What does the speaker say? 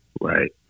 Right